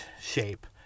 shape